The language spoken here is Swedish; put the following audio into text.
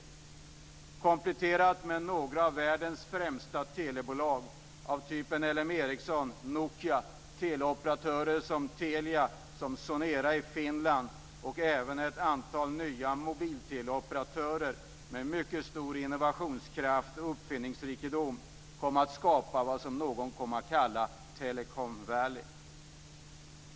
Genom medverkan av några av världens främsta telebolag av typen L M Ericsson och Nokia och teleoperatörer som Telia, Sonera i Finland och även ett antal nya mobilteleoperatörer med mycket stor innovationskraft och uppfinningsrikedom skapades det som någon kom att kalla Telecom Valley.